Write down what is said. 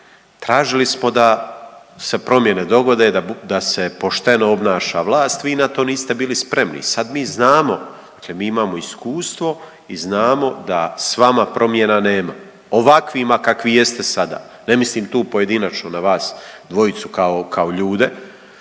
tražili smo da se promjene dogode, da se pošteno obnaša vlast. Vi na to niste bili spremni. Sad mi znamo, dakle mi imamo iskustvo i znamo da sa vama promjena nema ovakvima kakvi jeste sada. Ne mislim tu pojedinačno na vas dvojicu kao ljude,